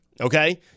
okay